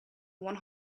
one